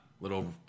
Little